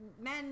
men